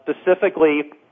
Specifically